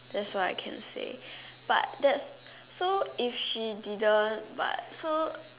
that's all I can say but that's so if she's didn't but so